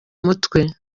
mutwe